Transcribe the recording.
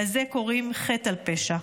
לזה קוראים חטא על פשע.